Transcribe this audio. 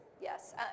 yes